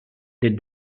did